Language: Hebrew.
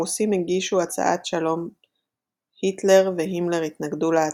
הרוסים הגישו הצעת שלום היטלר והימלר התנגדו להצעה,